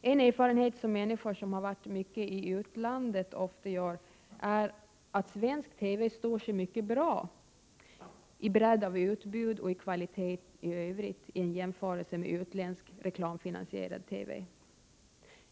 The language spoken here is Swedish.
En erfarenhet som människor som varit mycket i utlandet ofta gör är att svensk TV står sig mycket bra i bredd av utbud och i kvalitet och i övrigt i jämförelse med utländsk, reklamfinansierad TV.